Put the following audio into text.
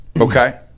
Okay